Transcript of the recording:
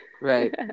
right